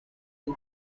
too